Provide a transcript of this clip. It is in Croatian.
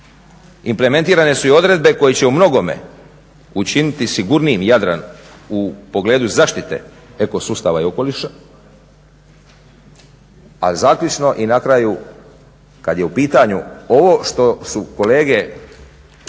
implementirane su i odredbe koje će umnogome učiniti sigurnijim Jadran u pogledu zaštite ekosustava i okoliša. Ali zaključno i na kraju kad je u pitanju ovo što su kolege